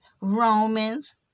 romans